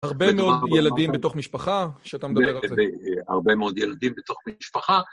הרבה מאוד ילדים בתוך משפחה, כשאתה מדבר על זה. הרבה מאוד ילדים בתוך משפחה.